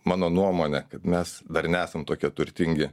mano nuomone kad mes dar nesam tokie turtingi